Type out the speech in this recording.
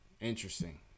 Interesting